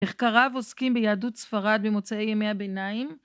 מחקריו עוסקים ביהדות ספרד במוצאי ימי הביניים